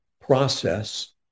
process